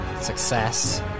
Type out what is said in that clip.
Success